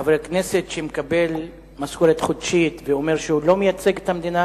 חבר כנסת שמקבל משכורת חודשית ואומר שהוא לא מייצג את המדינה,